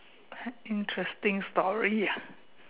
interesting story ah